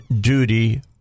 duty